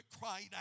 cried